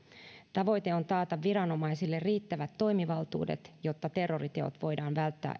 tavoite on taata viranomaisille riittävät toimivaltuudet jotta terroriteot voidaan välttää